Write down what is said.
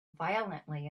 violently